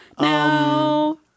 No